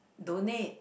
donate